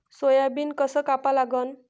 Soybean कस कापा लागन?